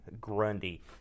Grundy